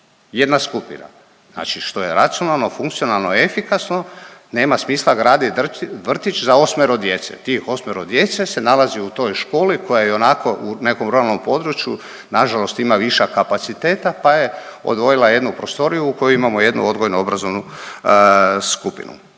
jedna skupina. Znači što je racionalno, funkcionalno, efikasno nema smisla graditi vrtić za osmero djece, tih osmero djece se nalazi u toj školi koja je ionako u nekom ruralnom području, nažalost ima višak kapaciteta pa je odvojila jednu prostoriju u kojoj imamo jednu odgojno-obrazovnu skupinu.